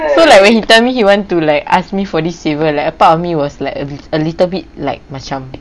so like when he tell me he want to like ask me for this favour like a part of me was like a li~ a little bit like macam